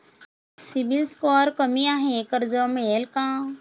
CIBIL score कमी आहे कर्ज मिळेल का?